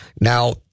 Now